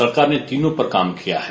सरकार ने तीनों पर काम किया है